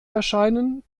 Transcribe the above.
erscheinen